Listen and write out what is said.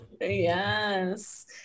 Yes